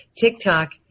TikTok